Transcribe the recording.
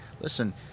Listen